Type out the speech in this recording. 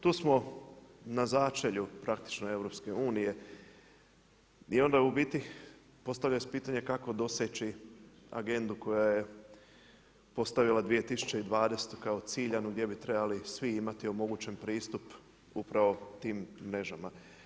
Tu smo na začelju praktično EU i onda u biti postavlja se pitanje kako doseći Agendu koja je postavila 2020. kao ciljanu gdje bi trebali svi imati omogućen pristup upravo tim mrežama.